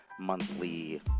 monthly